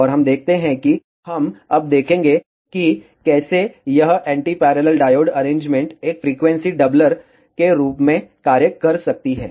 और हम देखते हैं कि हम अब देखेंगे कि कैसे यह एंटी पैरेलल डायोड अरेंजमेंट एक फ्रीक्वेंसी डबलर के रूप में कार्य कर सकती है